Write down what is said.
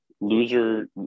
Loser